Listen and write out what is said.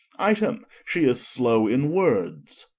item she is slow in words